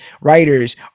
writers